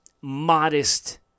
modest